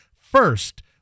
first